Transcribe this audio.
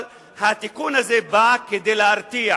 אבל התיקון הזה בא כדי להרתיע